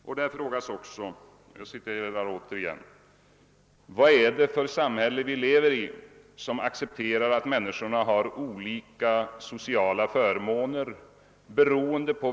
——— Värderingen av individens arbetsinsatser bör dock visa sig i lönekuvertet och inte i de sociala förmånerna.